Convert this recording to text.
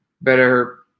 better